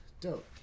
Dope